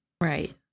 Right